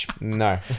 no